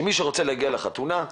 שמי שרוצה להגיע לחתונה,